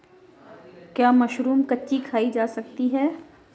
क्या मशरूम कच्ची खाई जा सकती है?